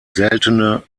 seltene